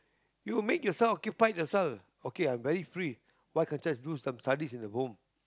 you make yourself occupied yourself okay I'm very free why can't just do some studies in the home